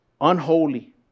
Unholy